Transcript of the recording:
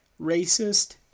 racist